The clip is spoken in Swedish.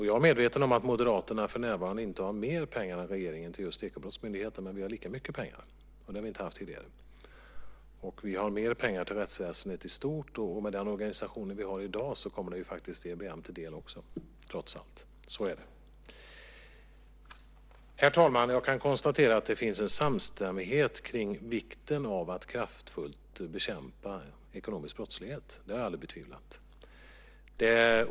Jag är medveten om att Moderaterna för närvarande inte har mer pengar än regeringen till just Ekobrottsmyndigheten, men vi har lika mycket pengar. Det har vi inte haft tidigare. Vi har mer pengar till rättsväsendet i stort. Med den organisation vi har i dag kommer de faktiskt EBM till del också - trots allt. Så är det. Herr talman! Jag kan konstatera att det finns en samstämmighet kring vikten av att kraftfullt bekämpa ekonomisk brottslighet. Det har jag aldrig betvivlat.